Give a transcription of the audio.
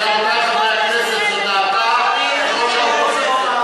רבותי חברי הכנסת, זו דעתה של ראש האופוזיציה.